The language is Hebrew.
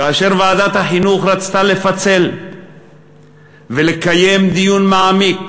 כאשר ועדת החינוך רצתה לפצל ולקיים דיון מעמיק,